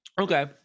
Okay